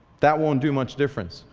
that won't do much difference.